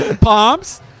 Palms